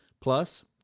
Plus